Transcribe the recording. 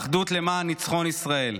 אחדות למען ניצחון ישראל,